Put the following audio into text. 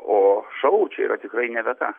o šou čia yra tikrai nevieta